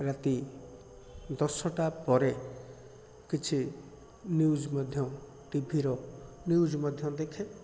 ରାତି ଦଶଟା ପରେ କିଛି ନ୍ୟୁଜ୍ ମଧ୍ୟ ଟିଭିର ନ୍ୟୁଜ୍ ମଧ୍ୟ ଦେଖେ